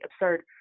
absurd